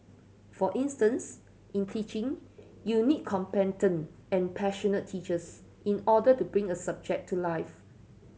for instance in teaching you need competent and passionate teachers in order to bring a subject to life